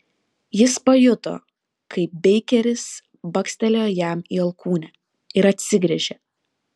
jis pajuto kaip beikeris bakstelėjo jam į alkūnę ir atsigręžė